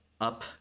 up